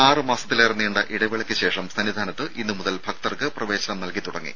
ആറ് മാസത്തിലേറെ നീണ്ട ഇടവേളയ്ക്കുശേഷം സന്നിധാനത്ത് ഇന്ന് മുതൽ ഭക്തർക്ക് പ്രവേശനം നൽകിത്തുടങ്ങി